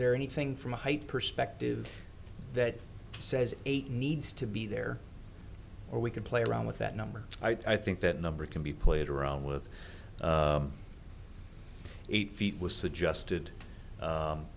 there anything from a height perspective that says eight needs to be there or we can play around with that number i think that number can be played around with eight feet was suggested